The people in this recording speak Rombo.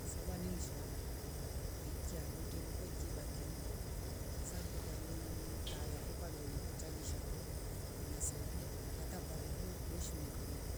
Sola nningsha kwaikia ndwete mukwechiba teni sasa kola nii tayafo kwave chajisha ho inasaidia hata kwa redio weshi mikaba ho